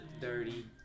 dirty